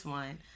one